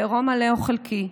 בעירום מלא או חלקי,